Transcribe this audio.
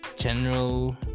general